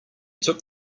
took